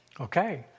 okay